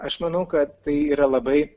aš manau kad tai yra labai